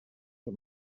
too